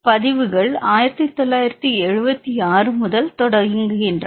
பதிவுகள் 1976 முதல் தொடங்குகின்றன